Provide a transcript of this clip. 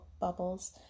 bubbles